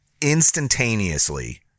instantaneously